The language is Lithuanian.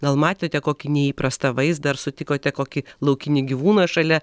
gal matėte kokį neįprastą vaizdą ar sutikote kokį laukinį gyvūną šalia